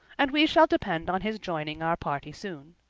and we shall depend on his joining our party soon.